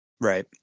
right